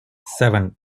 seven